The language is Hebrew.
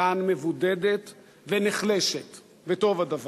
אירן מבודדת ונחלשת, וטוב הדבר.